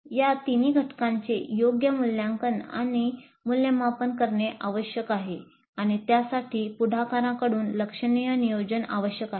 या तिन्ही घटकांचे योग्य मूल्यांकन आणि मूल्यमापन करणे आवश्यक आहे आणि त्यासाठी पुढाकारांकडून लक्षणीय नियोजन आवश्यक आहे